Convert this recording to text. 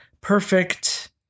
perfect